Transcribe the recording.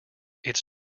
its